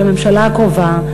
לממשלה הקרובה,